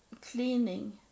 cleaning